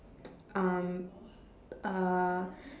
um uh